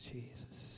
Jesus